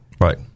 Right